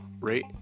rate